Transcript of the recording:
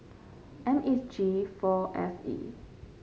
M H G four F E